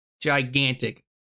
gigantic